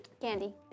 Candy